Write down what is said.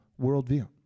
worldview